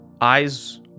eyes